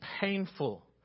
painful